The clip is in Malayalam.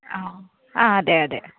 ആ ആ അതെ അതെ